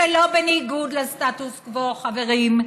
שלא בניגוד לסטטוס קוו, חברים,